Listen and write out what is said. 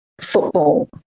football